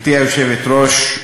גברתי היושבת-ראש,